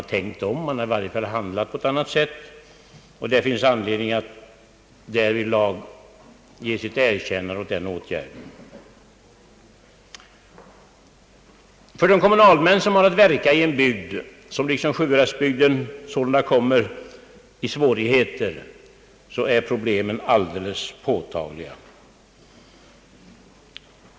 Regeringen har också här handlat på ett sådant sätt, att det finns anledning att därvidlag ge den sitt erkännande. För de kommunalmän som har att verka i en bygd, som i likhet med Sjuhäradsbygden kommer i svårigheter, är problemen påtagliga.